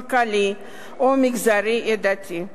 כלכלי או מגזרי-עדתי.